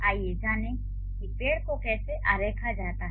आइए जानें कि पेड़ को कैसे आरेखा जाता है